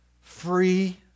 free